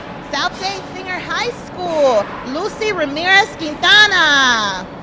south dade senior high school, lucy ramirez-quintana.